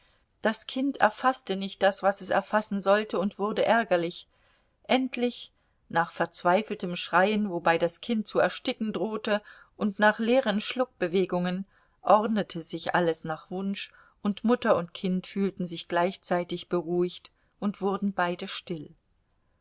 das kind erfaßte nicht das was es erfassen sollte und wurde ärgerlich endlich nach verzweifeltem schreien wobei das kind zu ersticken drohte und nach leeren schluckbewegungen ordnete sich alles nach wunsch und mutter und kind fühlten sich gleichzeitig beruhigt und wurden beide still